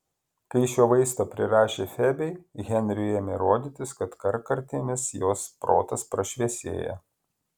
kai šio vaisto prirašė febei henriui ėmė rodytis kad kartkartėmis jos protas prašviesėja